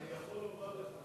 אני יכול לומר לך,